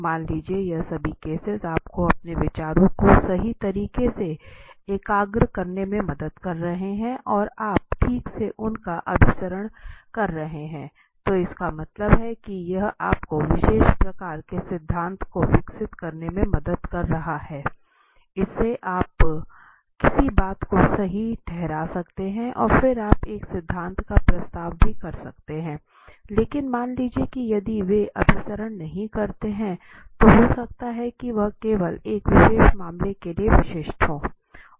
मान लीजिए यह सभी केसेस आपको अपने विचारों को सही तरीके से एकाग्र करने में मदद कर रहे हैं और आप ठीक से उनका अभिसरण कर रहे हैं तो इसका मतलब है कि यह आपको विशेष प्रकार के सिद्धांत को विकसित करने में मदद कर रहा है इससे आप इससे किसी बात को सही ठहरा सकते हैं और फिर आप एक सिद्धांत का प्रस्ताव भी कर सकते हैं लेकिन मान लीजिए कि यदि वे अभिसरण नहीं करते हैं तो हो सकता है कि वह केवल एक विशेष मामले के लिए विशिष्ट हो